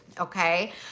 okay